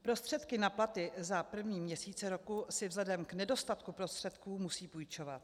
Prostředky na platy za první měsíce roku si vzhledem k nedostatku prostředků musí půjčovat.